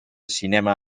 cinema